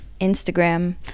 Instagram